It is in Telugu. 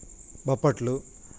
బొబ్బట్లు